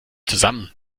zusammen